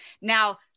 Now